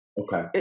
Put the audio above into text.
Okay